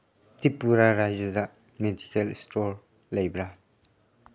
ꯇ꯭ꯔꯤꯄꯨꯔꯥ ꯔꯥꯏꯖꯗ medical store ꯂꯩꯕ꯭ꯔꯥ